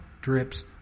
drips